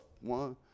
one